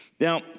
Now